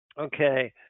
okay